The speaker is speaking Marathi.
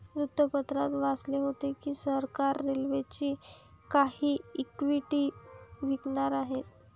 वृत्तपत्रात वाचले होते की सरकार रेल्वेची काही इक्विटी विकणार आहे